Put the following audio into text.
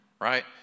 right